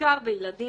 בעיקר בילדים.